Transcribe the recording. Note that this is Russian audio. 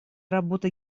работы